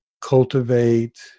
cultivate